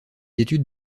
études